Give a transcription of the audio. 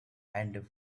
and